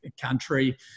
country